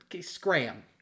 Scram